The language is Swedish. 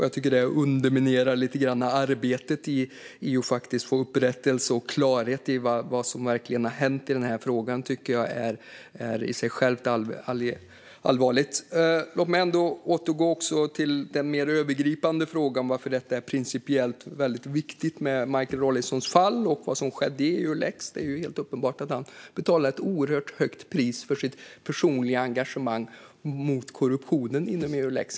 Jag tycker att det lite grann underminerar arbetet i EU när det gäller att få upprättelse och klarhet i vad som verkligen har hänt i frågan, och det är i sig självt allvarligt. Låt mig återgå till den mer övergripande frågan om varför Michael Rawlinsons fall och vad som skedde i Eulex principiellt är väldigt viktigt. Det är helt uppenbart att han betalade ett oerhört högt pris för sitt personliga engagemang mot korruptionen inom Eulex.